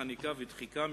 חניקה ודחיקה,